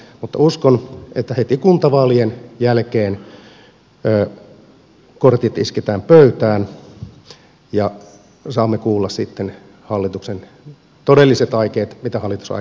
mutta uskon että heti kuntavaalien jälkeen kortit isketään pöytään ja saamme kuulla sitten hallituksen todelliset aikeet mitä hallitus aikoo tehdä